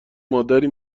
مادری